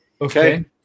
Okay